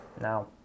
now